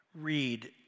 read